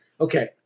Okay